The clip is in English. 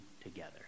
together